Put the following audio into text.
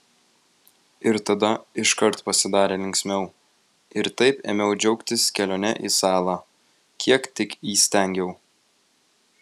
ir tada iškart pasidarė linksmiau ir taip ėmiau džiaugtis kelione į salą kiek tik įstengiau